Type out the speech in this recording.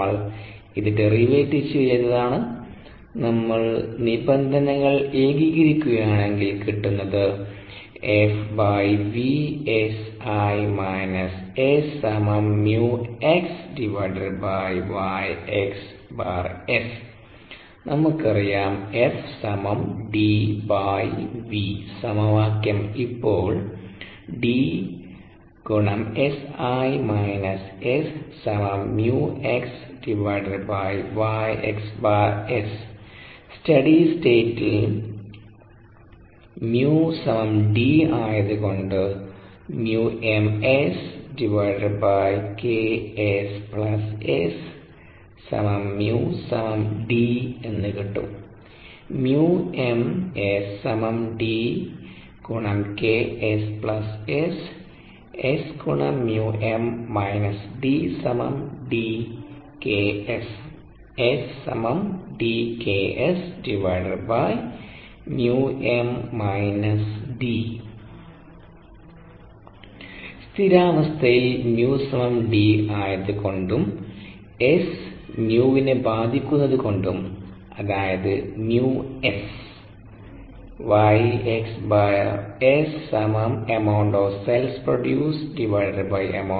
നമ്മൾ അത് ഡെറിവേറ്റ് ചെയ്തതാണ് നമ്മൾ നിബന്ധനകൾ ഏകീകരിക്കുകയാണെങ്കിൽ കിട്ടുന്നത് നമുക്കറിയാം FDV സമവാക്യം ഇപ്പോൾ സ്റ്റഡി സ്റ്റേറ്റിൽ µ D ആയതുകൊണ്ട് എന്ന് കിട്ടും സ്ഥിരാവസ്ഥയിൽ µ D ആയത്കൊണ്ടും S µ നെ ബാധിക്കുന്നത് കൊണ്ടും അതായത്𝜇𝑚𝑆